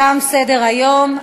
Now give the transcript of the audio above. תם סדר-היום.